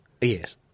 Yes